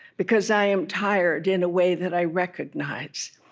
because i am tired in a way that i recognize.